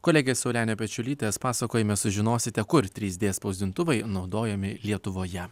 kolegės saulenė pečiulytės pasakojime sužinosite kur trys d spausdintuvai naudojami lietuvoje